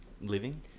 living